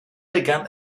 begann